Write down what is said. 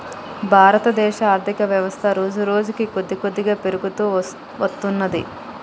భారతదేశ ఆర్ధికవ్యవస్థ రోజురోజుకీ కొద్దికొద్దిగా పెరుగుతూ వత్తున్నది